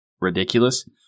ridiculous